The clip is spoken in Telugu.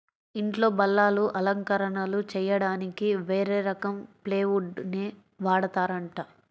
ఇంట్లో బల్లలు, అలంకరణలు చెయ్యడానికి వేరే రకం ప్లైవుడ్ నే వాడతారంట